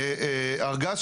לא אמר שהוא יחליט,